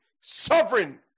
sovereign